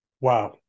Wow